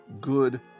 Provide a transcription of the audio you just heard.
good